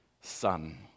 son